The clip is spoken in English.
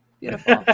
beautiful